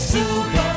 Super